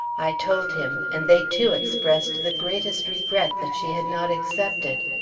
i told him, and they too expressed the greatest regret that she had not accepted.